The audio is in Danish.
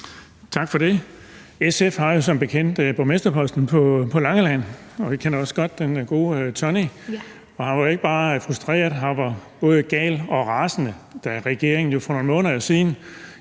SF har jo som bekendt borgmesterposten på Langeland, og vi kender også godt den gode Tonni. Han var ikke bare frustreret, han var både gal og rasende, da regeringen for nogle måneder siden